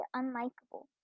unlikable